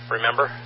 Remember